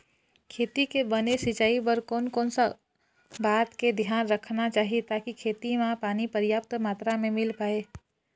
खेती के बने सिचाई बर कोन कौन सा बात के धियान रखना चाही ताकि खेती मा पानी पर्याप्त मात्रा मा मिल पाए?